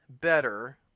better